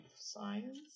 science